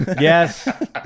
yes